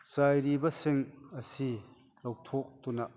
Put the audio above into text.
ꯆꯥꯏꯔꯤꯕꯁꯤꯡ ꯑꯁꯤ ꯂꯧꯊꯣꯛꯇꯨꯅ